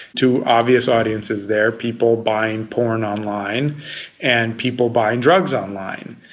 to obvious audiences there, people buying porn online and people buying drugs online.